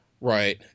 right